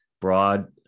broad